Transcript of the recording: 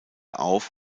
auf